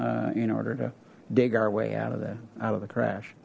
in order to dig our way out of that out of the crash